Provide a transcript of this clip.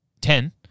ten